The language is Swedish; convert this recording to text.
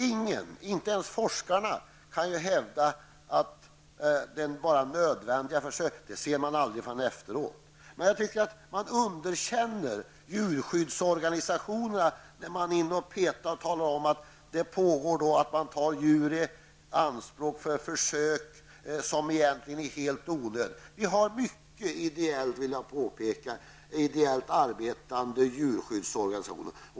Ingen, inte ens forskarna, kan hävda att det förekommer bara nödvändiga försök. Man ser aldrig resultat, förrän efteråt. Jag tycker att man underkänner djurskyddsorganisationerna när man påstår att djur helt i onödan tas i anspråk för försök. Vi har mycket ideellt arbetande djurskyddsorganisationer.